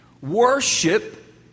Worship